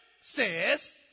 says